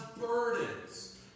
burdens